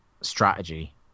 strategy